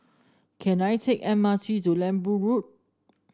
can I take M R T to Lembu Road